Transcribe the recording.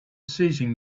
seizing